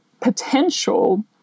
potential